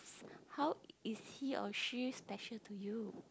how is he or she special to you